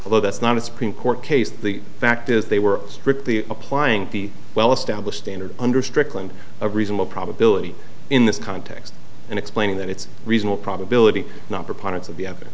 although that's not a supreme court case the fact is they were strictly applying the well established in or under strickland a reasonable probability in this context and explaining that it's reasonable probability not proponents of the